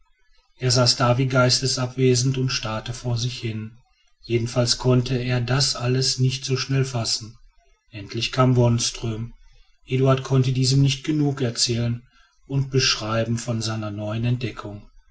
er saß da wie geistesabwesend und starrte vor sich hin jedenfalls konnte er das alles nicht so schnell fassen endlich kam wonström eduard konnte diesem nicht genug erzählen und beschreiben von seiner neuen entdeckung